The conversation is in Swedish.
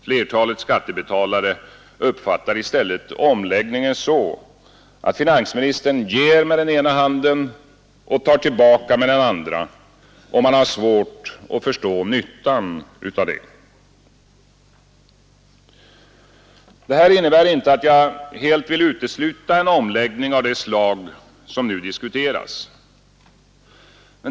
Flertalet skattebetalare uppfattar i stället omläggningen så att finansministern ger med den ena handen och tar tillbaka med den andra, och man har svårt att förstå nyttan av detta. Detta innebär inte att jag helt vill utesluta en omläggning av det slag som nu diskuteras.